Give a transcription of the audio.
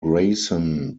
grayson